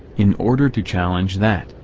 in order to challenge that,